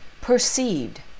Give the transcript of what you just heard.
perceived